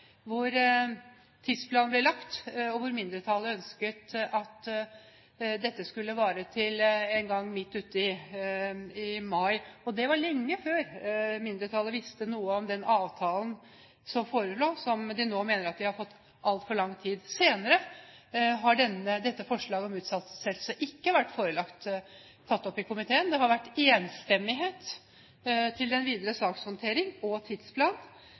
hvor tidsplanen ble lagt, og mindretallet ønsket at dette skulle vare til en gang midt ut i mai. Det var lenge før mindretallet visste noe om den avtalen som forelå, som de nå mener at de har fått altfor kort tid på. Senere har forslaget om utsettelse ikke vært tatt opp i komiteen. Det har vært enstemmighet til den videre sakshåndtering og tidsplan.